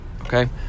okay